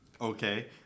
okay